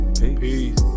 Peace